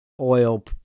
oil